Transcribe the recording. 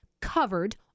covered